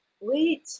wait